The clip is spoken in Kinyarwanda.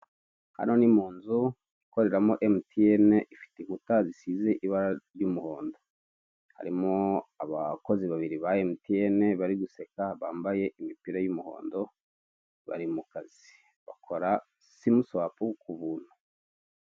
Handitseho irembo ahatangirwa ubufasha ku birebana no kwiyandikisha cyangwa se mu kwishyura imisoro, kwifotoza n'ibindi bijye bitandukanye.